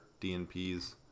DNPs